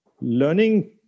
learning